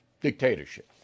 Dictatorship